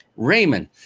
Raymond